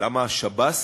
למה השב"ס?